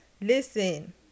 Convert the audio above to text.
listen